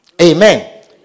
Amen